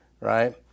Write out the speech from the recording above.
right